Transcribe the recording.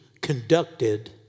conducted